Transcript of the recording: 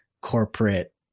corporate